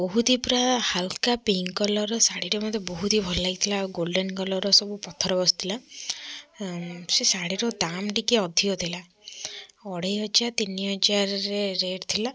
ବହୁତ ହି ପୁରା ହାଲକା ପିଙ୍କ୍ କଲର୍ର ଶାଢ଼ୀ ଟେ ମୋତେ ବହୁତ ହି ଭଲ ଲାଗିଥିଲା ଆଉ ଗୋଲଡେନ୍ କଲର୍ ସବୁ ପଥର ବସିଥିଲା ସେ ଶାଢ଼ୀର ଦାମ୍ ଟିକେ ଅଧିକ ଥିଲା ଅଢ଼େଇ ହଜାର ତିନି ହଜାରରେ ରେଟ୍ ଥିଲା